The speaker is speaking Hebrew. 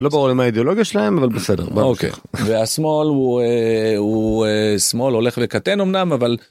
לא ברור לי מה האידיאולוגיה שלהם אבל בסדר, אוקיי והשמאל הוא הוא שמאל הולך וקטן אמנם, אבל.